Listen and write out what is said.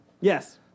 Yes